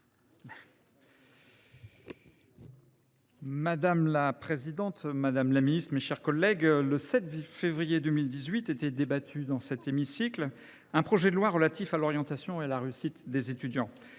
Madame la présidente, madame la ministre, mes chers collègues, le 7 février 2018, on débattait, dans cet hémicycle, d’un projet de loi relatif à l’orientation et à la réussite des étudiants.